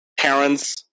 parents